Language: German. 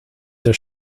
der